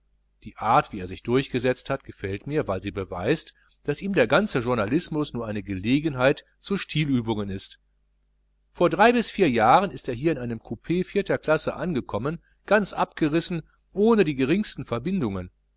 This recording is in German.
die art wie er sich durchgesetzt hat gefällt mir weil sie beweist daß ihm der ganze journalismus nur eine gelegenheit zu stilübungen ist vor drei bis vier jahren ist er hier in einem coupe vierter klasse angekommen ganz abgerissen ohne die geringsten verbindungen